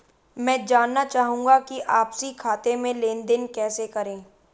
मैं जानना चाहूँगा कि आपसी खाते में लेनदेन कैसे करें?